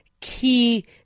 key